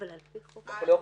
אנחנו לא יכולים להבטיח.